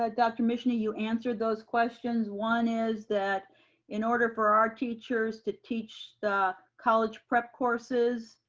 ah dr. mishne you answered those questions. one is that in order for our teachers to teach the college prep courses,